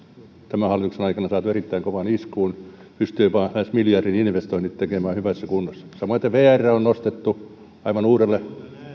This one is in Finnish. tämän hallituksen aikana se on saatu erittäin kovaan iskuun pystyi jopa lähes miljardin investoinnit tekemään hyvässä kunnossa samoin vr on nostettu aivan uudelle